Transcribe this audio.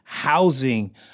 housing